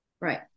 right